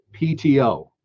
PTO